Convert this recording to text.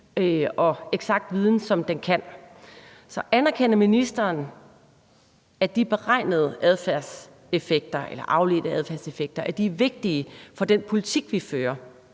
og eksakt viden, som det nu kan. Så anerkender ministeren, at de beregnede eller afledte adfærdseffekter er vigtige for den politik, vi fører,